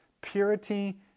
purity